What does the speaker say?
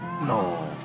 No